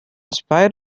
spite